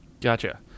Gotcha